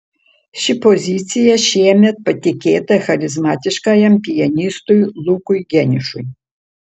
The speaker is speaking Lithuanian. ši pozicija šiemet patikėta charizmatiškajam pianistui lukui geniušui